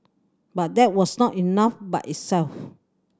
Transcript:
but that was not enough by itself